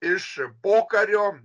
iš pokario